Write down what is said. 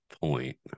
point